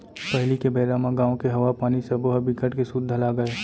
पहिली के बेरा म गाँव के हवा, पानी सबो ह बिकट के सुद्ध लागय